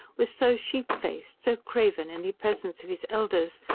was so sheep-faced, so craven, in the presence of his elders,